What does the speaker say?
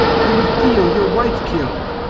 how you feel, your wife killed?